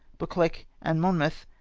buccleuch and monmouth.